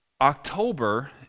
October